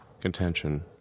contention